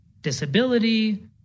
disability